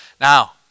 Now